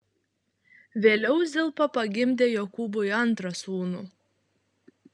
vėliau zilpa pagimdė jokūbui antrą sūnų